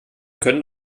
können